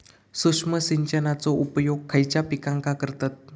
सूक्ष्म सिंचनाचो उपयोग खयच्या पिकांका करतत?